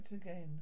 again